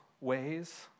ways